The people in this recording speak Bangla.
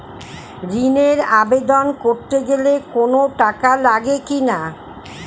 ঋণের আবেদন করতে গেলে কোন টাকা লাগে কিনা?